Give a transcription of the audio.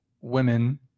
women